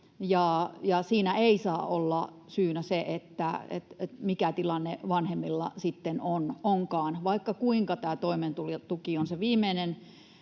siinä ei saa olla syynä se, mikä tilanne vanhemmilla sitten onkaan. Vaikka kuinka tämä toimeentulotuki on se viimeinen